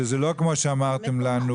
בסדר.